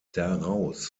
daraus